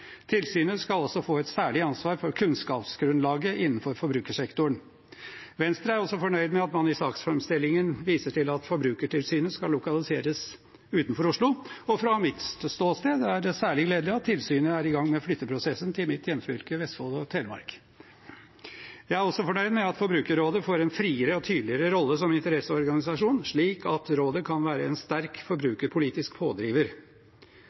Tilsynet skal også få et særlig ansvar for kunnskapsgrunnlaget innenfor forbrukersektoren. Venstre er også fornøyd med at man i saksframstillingen viser til at Forbrukertilsynet skal lokaliseres utenfor Oslo, og fra mitt ståsted er det særlig gledelig at tilsynet er i gang med flytteprosessen til mitt hjemfylke, Vestfold og Telemark. Jeg er også fornøyd med at Forbrukerrådet får en friere og tydeligere rolle som interesseorganisasjon, slik at rådet kan være en sterk forbrukerpolitisk pådriver.